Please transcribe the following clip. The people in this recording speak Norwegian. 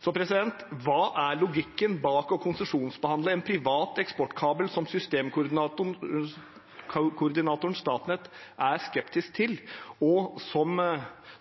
Hva er logikken i å konsesjonsbehandle en privat eksportkabel som systemkoordinatoren Statnett er skeptisk til, og som